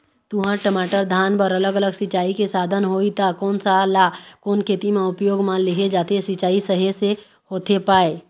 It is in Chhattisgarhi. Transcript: तुंहर, टमाटर, धान बर अलग अलग सिचाई के साधन होही ता कोन सा ला कोन खेती मा उपयोग मा लेहे जाथे, सिचाई सही से होथे पाए?